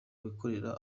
wikorera